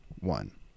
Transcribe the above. one